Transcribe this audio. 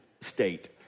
state